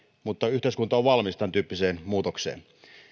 mutta yhteiskunta on valmis tämäntyyppiseen muutokseen